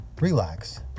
relax